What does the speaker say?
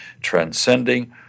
transcending